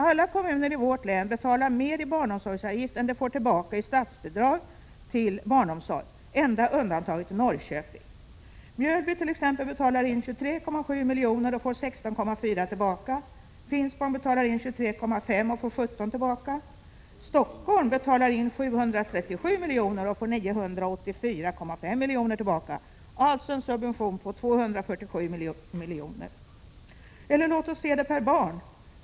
Alla kommuner i vårt län betalar mer i barnomsorgsavgift än de får tillbaka i statsbidrag till barnomsorg. Enda undantaget är Norrköping. Mjölby t.ex. betalar in 23,7 miljoner och får 16,4 miljoner tillbaka. Finspång betalar 23,5 miljoner och får 17 miljoner tillbaka. Stockholm betalar in 737 miljoner och får 984,5 miljoner tillbaka — dvs. en subvention på 247 miljoner. Låt oss se det per barn.